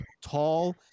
tall